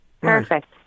Perfect